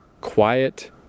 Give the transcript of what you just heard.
quiet